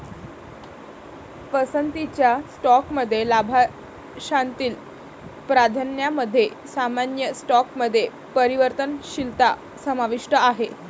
पसंतीच्या स्टॉकमध्ये लाभांशातील प्राधान्यामध्ये सामान्य स्टॉकमध्ये परिवर्तनशीलता समाविष्ट आहे